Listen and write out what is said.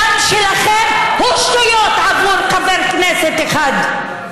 הדם שלכן, הוא שטויות עבור חבר כנסת אחד.